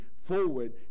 forward